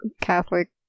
Catholic